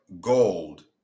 gold